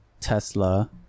Tesla